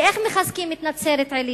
איך מחזקים את נצרת-עילית?